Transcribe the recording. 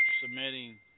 submitting